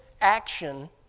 action